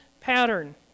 pattern